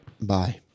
Bye